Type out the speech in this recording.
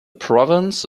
province